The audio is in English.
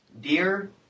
Dear